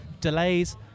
delays